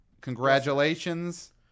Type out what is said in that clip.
congratulations